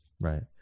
right